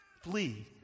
flee